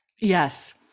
Yes